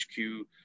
HQ